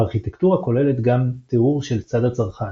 הארכיטקטורה כוללת גם תיאור של צד הצרכן.